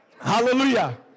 Hallelujah